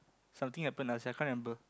something happened last year I can't remember